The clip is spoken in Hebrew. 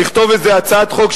לכתוב איזו הצעת חוק,